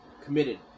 committed